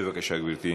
בבקשה, גברתי.